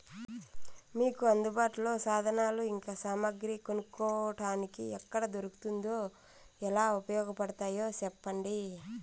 మీకు అందుబాటులో సాధనాలు ఇంకా సామగ్రి కొనుక్కోటానికి ఎక్కడ దొరుకుతుందో ఎలా ఉపయోగపడుతాయో సెప్పండి?